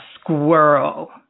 squirrel